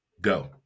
Go